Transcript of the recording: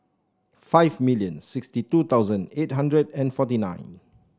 five million sixty two thousand eight hundred and forty nine